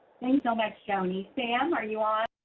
thank you so much, joni. sam, are you on?